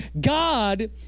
God